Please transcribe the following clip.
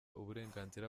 uburenganzira